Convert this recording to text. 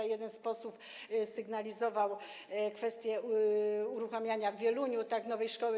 Jeden z posłów sygnalizował kwestię uruchamiania w Wieluniu nowej szkoły.